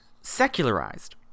secularized